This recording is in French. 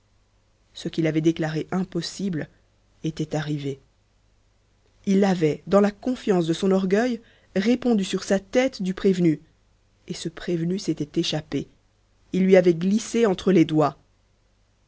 ce qu'il avait déclaré impossible était arrivé il avait dans la confiance de son orgueil répondu sur sa tête du prévenu et ce prévenu s'était échappé il lui avait glissé entre les doigts